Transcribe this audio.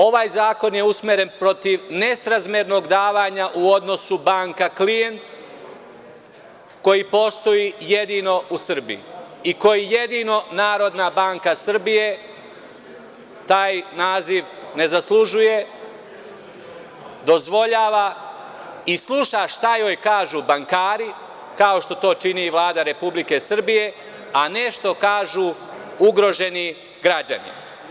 Ovaj zakon je usmeren protiv nesrazmernog davanja u odnosu banka – klijent koji postoji jedino u Srbiji i koji jedino NBS taj naziv ne zaslužuje dozvoljava i sluša šta joj kažu bankari, kao što to čini i Vlada Republike Srbije, a ne što kažu ugroženi građani.